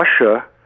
Russia